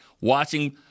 watching